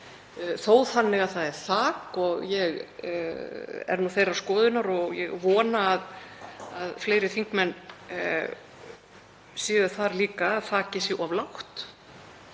þó þannig að það er þak og ég er þeirrar skoðunar, og ég vona að fleiri þingmenn séu það líka, að þakið sé of lágt.